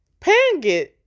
Pangit